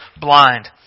blind